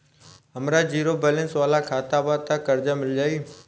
हमार zero balance वाला खाता बा त कर्जा मिल जायी?